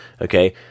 okay